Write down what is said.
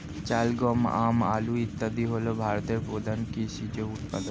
চাল, গম, আম, আলু ইত্যাদি হল ভারতের প্রধান কৃষিজ উপাদান